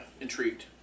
intrigued